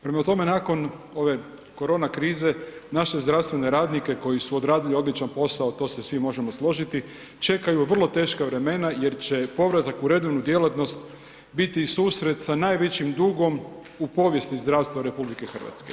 Prema tome nakon ove korona krize naše zdravstvene radnike koji su odradili odličan posao, to se svi možemo složiti, čekaju vrlo teška vremena jer će povratak u redovnu djelatnost biti susret sa najvećim dugom u povijesti zdravstva RH.